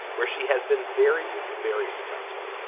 where she has been very, very successful,